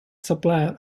supplier